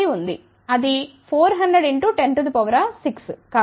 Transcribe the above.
అది 400x106 కాబట్టిఅది 15